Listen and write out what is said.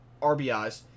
RBIs